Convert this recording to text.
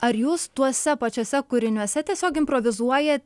ar jūs tuose pačiuose kūriniuose tiesiog improvizuojat